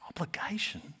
Obligation